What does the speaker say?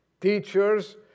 teachers